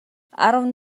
арван